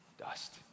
dust